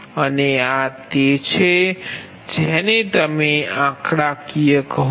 અને આ તે છે જેને તમે આંકડાકીય કહો છો